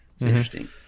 interesting